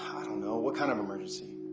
i don't know. what kind of emergency?